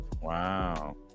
Wow